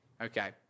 okay